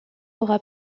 aura